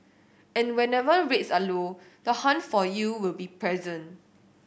and whenever rates are low the hunt for yield will be present